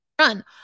run